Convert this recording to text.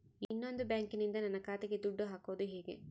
ಇನ್ನೊಂದು ಬ್ಯಾಂಕಿನಿಂದ ನನ್ನ ಖಾತೆಗೆ ದುಡ್ಡು ಹಾಕೋದು ಹೇಗೆ?